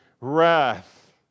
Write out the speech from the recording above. wrath